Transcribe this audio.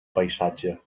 paisatge